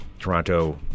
toronto